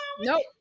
Nope